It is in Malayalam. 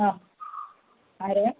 ആ ആരാണ്